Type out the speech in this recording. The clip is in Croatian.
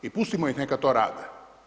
I pustimo ih neka to rade.